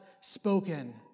spoken